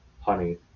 honey